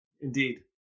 indeed